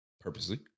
Purposely